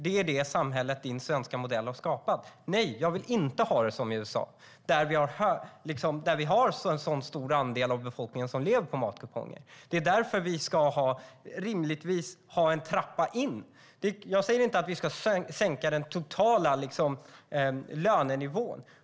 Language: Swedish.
Det är det samhälle Eva-Lena Janssons svenska modell har skapat. Nej, jag vill inte ha det som i USA. Där finns en så stor andel som lever på matkuponger. Det är därför vi ska ha en rimlig trappa in. Jag säger inte att vi ska sänka den totala lönenivån.